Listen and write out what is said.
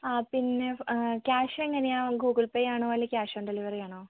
ആ പിന്നെ ക്യാഷ് എങ്ങനെയാണ് ഗൂഗിള് പേ ആണോ അല്ലേൽ ക്യാഷ് ഓണ് ഡെലിവറി ആണോ